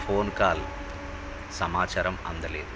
phone call సమాచారం అందలేదు